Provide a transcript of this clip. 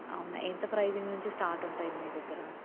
అవునా ఎంత ప్రైసింగ్ నుంచి స్టార్ట్ ఉంటాయి మీ దిగ్గర